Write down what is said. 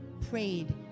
prayed